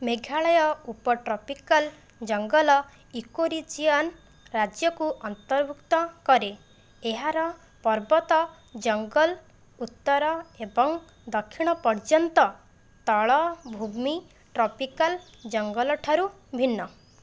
ମେଘାଳୟ ଉପ ଟ୍ରପିକାଲ ଜଙ୍ଗଲ ଇକୋରିଜିଅନ ରାଜ୍ୟକୁ ଅନ୍ତର୍ଭୁକ୍ତ କରେ ଏହାର ପର୍ବତ ଜଙ୍ଗଲ ଉତ୍ତର ଏବଂ ଦକ୍ଷିଣ ପର୍ଯ୍ୟନ୍ତ ତଳ ଭୂମି ଟ୍ରପିକାଲ ଜଙ୍ଗଲଠାରୁ ଭିନ୍ନ